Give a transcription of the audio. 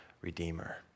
redeemer